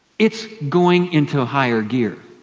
it's going into higher gear.